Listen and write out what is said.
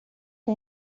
che